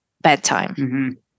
bedtime